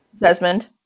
Desmond